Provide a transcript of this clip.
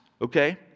okay